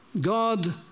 God